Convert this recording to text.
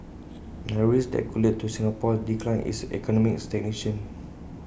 narrow risk that could lead to Singapore's decline is economic stagnation